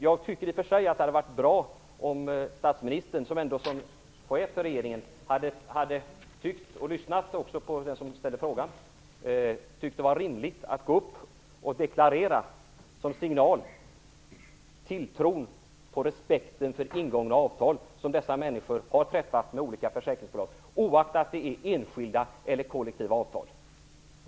Jag tycker i och för sig att det hade varit bra om statsministern som chef för regeringen hade lyssnat på den som ställde frågan och tyckt att det var rimligt att gå upp och deklarera tilltron till respekten för de ingångna avtal som dessa människor har träffat med olika försäkringsbolag, oaktat det är enskilda eller kollektiva avtal.